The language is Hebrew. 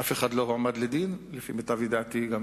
אף אחד לא הועמד לדין, ולפי מיטב ידיעתי גם